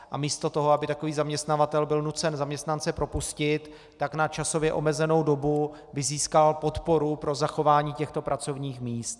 A místo toho, aby takový zaměstnavatel byl nucen zaměstnance propustit, tak na časově omezenou dobu by získal podporu pro zachování těchto pracovních míst.